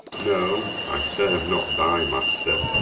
no, i serve not thy master.